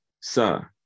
Sir